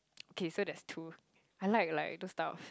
okay so there's two I like like those type of